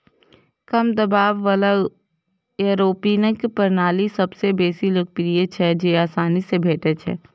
कम दबाव बला एयरोपोनिक प्रणाली सबसं बेसी लोकप्रिय छै, जेआसानी सं भेटै छै